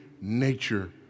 nature